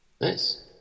Nice